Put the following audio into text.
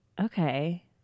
okay